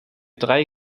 drei